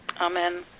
Amen